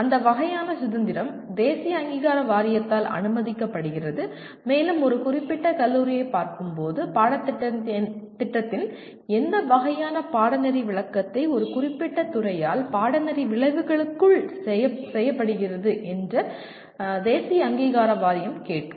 அந்த வகையான சுதந்திரம் தேசிய அங்கீகார வாரியத்தால் அனுமதிக்கப்படுகிறது மேலும் ஒரு குறிப்பிட்ட கல்லூரியைப் பார்க்கும்போது பாடத்திட்டத்தின் எந்த வகையான பாடநெறி விளக்கத்தை ஒரு குறிப்பிட்ட துறையால் பாடநெறி விளைவுகளுக்குள் செய்யப்படுகிறது என்று தேசிய அங்கீகார வாரியம் கேட்கும்